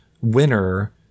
winner